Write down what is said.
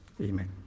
Amen